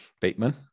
Bateman